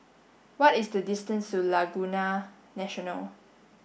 what is the distance to Laguna National